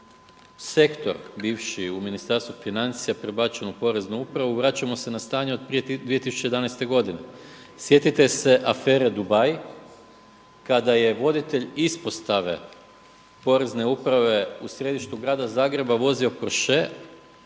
sektor bivši u Ministarstvu financija prebačen u poreznu upravu, vraćamo se na stanje od prije 2011. godine. Sjetite se afere Dubai kada je voditelj ispostave porezne uprave u središtu Grada Zagreba vozio Porshe,